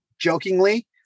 jokingly